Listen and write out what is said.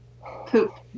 Poop